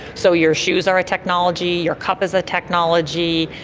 so your shoes are a technology, your cup is a technology.